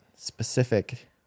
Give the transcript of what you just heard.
Specific